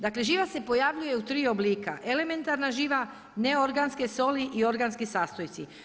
Dakle živa se pojavljuje u tri oblika elementarna živa, neorganske soli i organski sastojci.